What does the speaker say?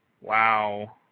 Wow